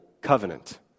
Covenant